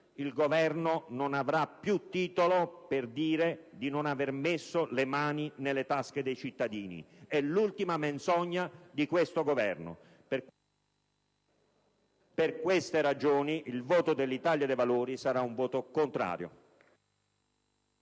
il Governo non avrà più titolo per dire di «non aver messo le mani nelle tasche dei cittadini». È l'ultima menzogna di questo Governo. Per queste ragioni, il voto dell'Italia dei Valori sarà contrario.